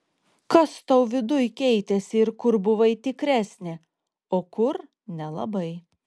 kas tau viduj keitėsi ir kur buvai tikresnė o kur nelabai